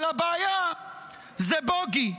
אבל הבעיה זה בוגי,